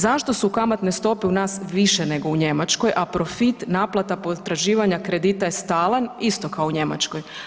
Zašto su kamatne stope u nas više nego u Njemačkoj, a profit naplata potraživanja kredita je stalan, isto kao u Njemačkoj?